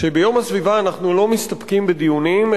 שביום הסביבה אנחנו לא מסתפקים בדיונים,